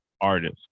artist